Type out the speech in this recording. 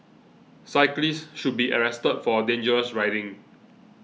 cyclist should be arrested for dangerous riding